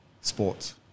sports